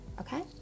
okay